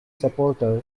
supporter